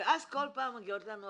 ואז כל פעם מגיעות לנו הפתעות.